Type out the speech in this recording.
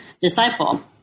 disciple